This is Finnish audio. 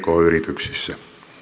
yrityksissä